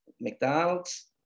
mcdonald's